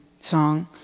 song